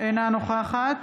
אינה נוכחת